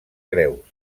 creus